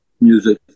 music